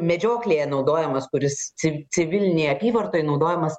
medžioklėje naudojamas kuris ci civilinėj apyvartoj naudojamas